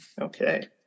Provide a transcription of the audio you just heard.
Okay